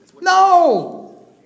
No